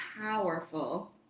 powerful